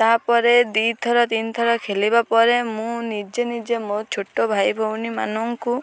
ତାପରେ ଦୁଇଥର ତିନିଥର ଖେଳିବା ପରେ ମୁଁ ନିଜେ ନିଜେ ମୋ ଛୋଟ ଭାଇ ଭଉଣୀମାନଙ୍କୁ